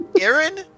Aaron